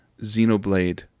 Xenoblade